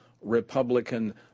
Republican